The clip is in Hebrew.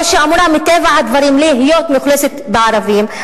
או שאמורה מטבע הדברים להיות מאוכלסת בערבים,